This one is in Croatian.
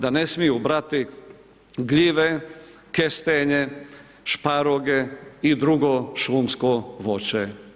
Da ne smiju brati gljive, kestenje, šparoge i drugo šumsko voće.